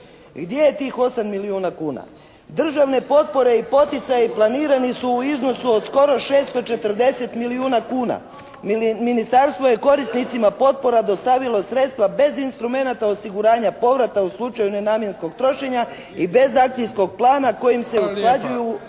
Gdje je tih 8 milijuna kuna? Državne potpore i poticaji planirani su u iznosu od skoro 640 milijuna kuna. Ministarstvo je korisnicima potpora dostavilo sredstva bez instrumenata osiguranja povrata u slučaju nenamjenskog trošenja i bez akcijskog plana kojim se usklađuju